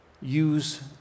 use